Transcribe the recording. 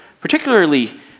particularly